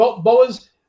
boas